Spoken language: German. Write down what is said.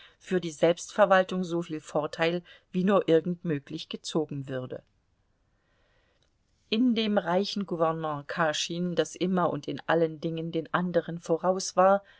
für die selbstverwaltung soviel vorteil wie nur irgend möglich gezogen würde in dem reichen gouvernement kaschin das immer und in allen dingen den anderen voraus war